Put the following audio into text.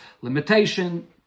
limitation